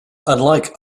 unlike